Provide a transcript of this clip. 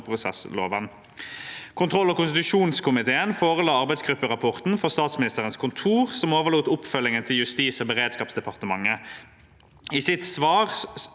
straffeprosessloven. Kontroll- og konstitusjonskomiteen forela arbeidsgrupperapporten for Statsministerens kontor, som overlot oppfølgingen til Justis- og beredskapsdepartementet. I sitt svar